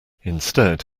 instead